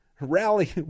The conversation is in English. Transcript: rally